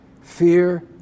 Fear